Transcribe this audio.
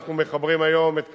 אנחנו מחברים היום את כרמיאל,